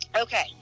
okay